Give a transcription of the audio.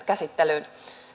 käsittelyyn